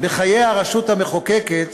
בחיי הרשות המחוקקת,